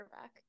back